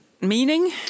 meaning